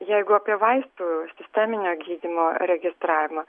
jeigu apie vaistų sisteminio gydymo registravimą